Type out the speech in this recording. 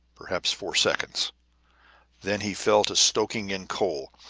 perhaps four seconds then he fell to stoking in coal,